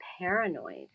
paranoid